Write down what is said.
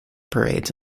parades